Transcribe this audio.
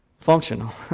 functional